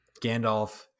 Gandalf